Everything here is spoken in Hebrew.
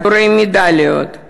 עטורי מדליות,